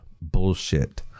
bullshit